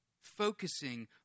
focusing